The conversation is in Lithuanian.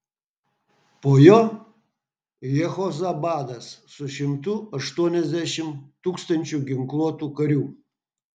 po jo jehozabadas su šimtu aštuoniasdešimt tūkstančių ginkluotų karių